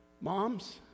Moms